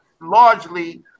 largely